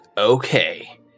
Okay